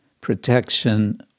protection